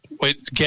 Wait